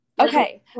Okay